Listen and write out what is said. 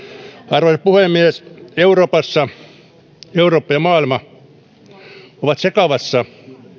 arvoisa puhemies eurooppa ja maailma ovat sekavassa